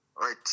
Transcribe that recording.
right